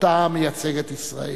שאותם מייצגת ישראל.